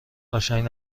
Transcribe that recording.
قشنگ